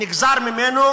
נגזר ממנו,